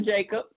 Jacob